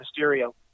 Mysterio